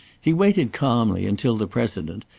he waited calmly until the president,